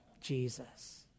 Jesus